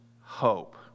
hope